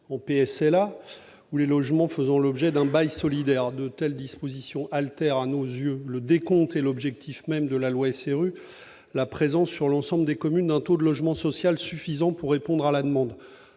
d'un PSLA ou les logements faisant l'objet d'un bail réel solidaire. Une telle disposition altère à nos yeux l'objectif même de la loi SRU, à savoir la présence dans l'ensemble des communes d'un taux de logement social suffisant pour répondre à la demande.